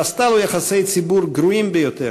שעשתה לו יחסי ציבור גרועים ביותר.